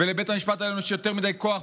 ולבית המשפט העליון יש יותר מדי כוח,